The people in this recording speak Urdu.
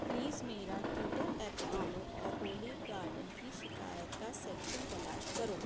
پلیز میرا ٹیوٹر ایپ کھولو اور اولیو گارڈن کی شکایت کا سیکشن تلاش کرو